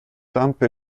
zampe